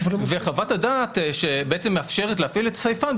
וחוות-הדעת שמאפשרת להפעיל את סייפן,